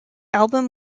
album